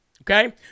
okay